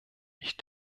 ich